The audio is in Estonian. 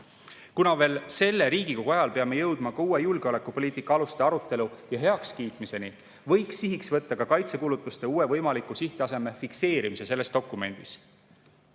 Kuna veel selle Riigikogu ajal peame me jõudma uue julgeolekupoliitika aluste arutelu ja heakskiitmiseni, võiks sihiks võtta kaitsekulutuste uue võimaliku sihttaseme fikseerimise selles dokumendis. Tänu